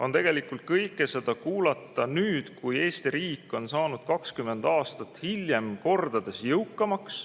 on tegelikult kõike seda kuulata nüüd, kui Eesti riik on saanud 20 aastat hiljem kordades jõukamaks.